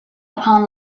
upon